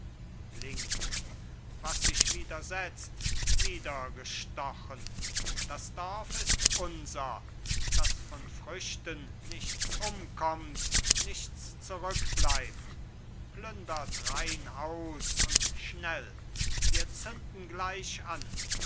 link was sich widersetzt niedergestochen das dorf ist unser daß von früchten nichts umkommt nichts zurückbleibt plündert rein aus und schnell wir zünden gleich an